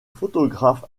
photographe